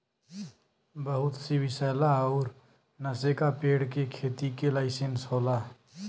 बहुत सी विसैला अउर नसे का पेड़ के खेती के लाइसेंस होला